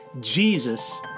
Jesus